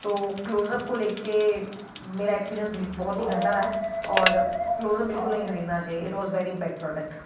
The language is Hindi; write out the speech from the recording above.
तो क्लोज़ अप को लेके मेरा एक्सपीरियंस बिल्कुल बहुत ही गंदा रहा है और क्लोज़ अप बिल्कुल नहीं खरीदना चाहिए it was very bad product